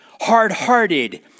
hard-hearted